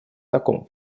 такому